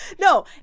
no